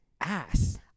ass